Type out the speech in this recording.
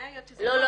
הפלשתינאיות --- לא,